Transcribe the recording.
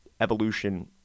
evolution